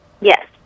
Yes